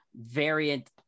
variant